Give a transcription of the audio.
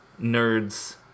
nerds